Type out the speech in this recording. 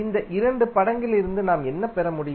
இந்த இரண்டு படங்களிலிருந்து நாம் என்ன பெற முடியும்